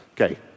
Okay